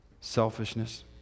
selfishness